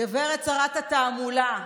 גברת שרת התעמולה,